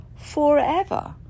Forever